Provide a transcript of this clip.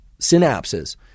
synapses